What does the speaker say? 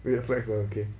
go and flags relative